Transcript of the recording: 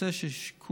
שהנושא של שיקום